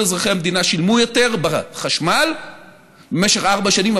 כל אזרחי המדינה שילמו יותר על חשמל במשך ארבע שנים,